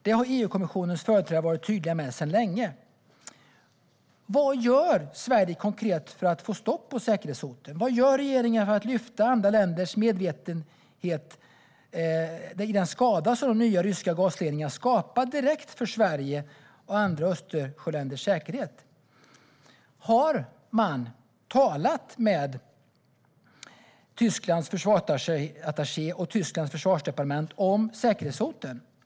Det har EU-kommissionens företrädare varit tydliga med sedan länge. Vad gör Sverige konkret för att få stopp på säkerhetshoten? Vad gör regeringen för att lyfta andra länders medvetenhet när det gäller den skada som den nya ryska gasledningen skapar direkt för Sveriges och andra Östersjöländers säkerhet? Har man talat med Tysklands försvarsattaché och försvarsdepartement om säkerhetshoten?